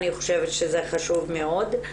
אני חושבת שזה חשוב מאוד,